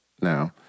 now